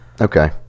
Okay